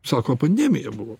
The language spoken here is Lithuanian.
sako pandemija buvo